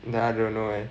then I don't know eh